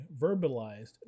verbalized